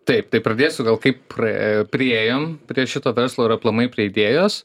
taip tai pradėsiu gal kaip praė priėjom prie šito verslo ir aplamai prie idėjos